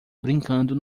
brincando